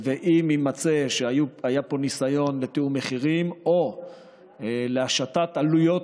ואם יימצא שהיה פה ניסיון לתיאום מחירים או להשתת עלויות